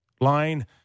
line